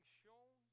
shown